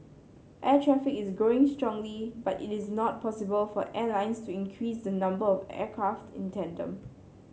air traffic is growing strongly but it is not possible for airlines to increase the number of aircraft in tandem